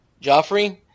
Joffrey